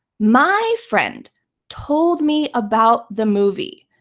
my friend told me about the movie.